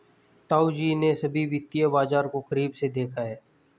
ताऊजी ने सभी वित्तीय बाजार को करीब से देखा है